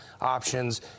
options